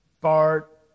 Bart